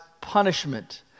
punishment